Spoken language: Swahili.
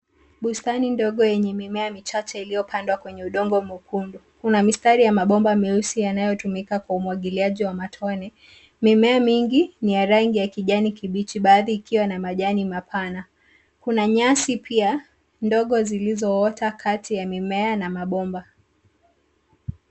Bustani ndogo yenye mimea michache iliyopandwa kwenye udongo mwekundu. Kuna mistari ya mabomba meusi yanayotumika kwa umwagiliaji wa matone. Mimea mingi ni ya rangi ya kijani kibichi baadhi ikiwa na majani mapana . Kuna nyasi pia, ndogo zilizoota kati ya mimea na mabomba.